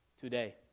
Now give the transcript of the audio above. today